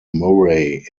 murray